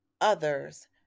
others